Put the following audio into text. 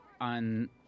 on